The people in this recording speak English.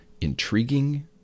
intriguing